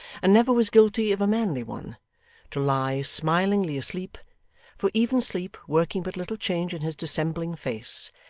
and never was guilty of a manly one to lie smilingly asleep for even sleep, working but little change in his dissembling face,